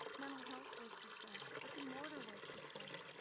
mental health was discussed. brick and mortar was discussed.